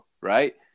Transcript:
Right